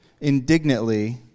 indignantly